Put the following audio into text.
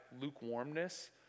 lukewarmness